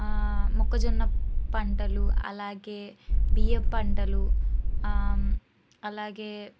మొక్కజొన్న పంటలు అలాగే బియ్యం పంటలు అలాగే